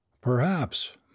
Perhaps